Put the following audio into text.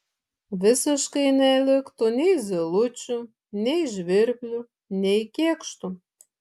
visiškai neliktų nei zylučių nei žvirblių nei kėkštų